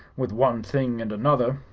with one thing and another.